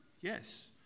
Yes